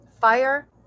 fire